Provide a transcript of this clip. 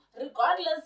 regardless